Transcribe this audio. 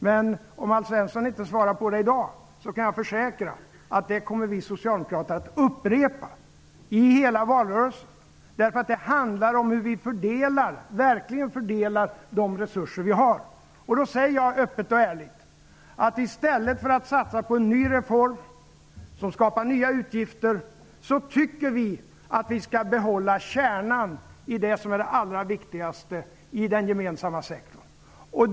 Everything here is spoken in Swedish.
Men om Alf Svensson inte svarar i dag, kan jag försäkra att vi socialdemokrater kommer att upprepa frågorna i hela valrörelsen. Det hela handlar om hur vi verkligen fördelar de resurser vi har. Jag säger öppet och ärligt: I stället för att satsa på en ny reform som skapar nya utgifter, tycker vi att kärnan av det allra viktigaste i den gemensamma sektorn skall behållas.